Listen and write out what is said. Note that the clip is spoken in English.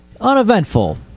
Uneventful